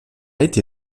été